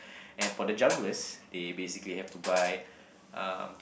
and for the junglers they basically have to buy um